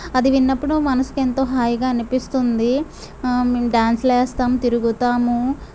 అది విన్నప్పుడు మనిషికి ఎంతో హాయిగా అనిపిస్తుంది మేం డాన్సులు వేస్తాం తిరుగుతాము